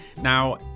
Now